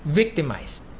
victimized